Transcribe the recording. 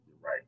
Right